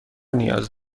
نیاز